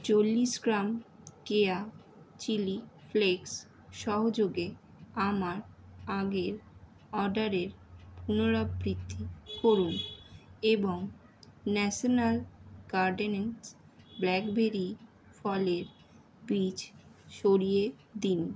চল্লিশ gram Keya chilli flakes সহযোগে আমার আগের অর্ডারের পুনরাবৃত্তি করুন এবং ন্যাশনাল গার্ডেন্স ব্ল্যাকবেরি ফলের বীজ সরিয়ে দিন